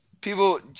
people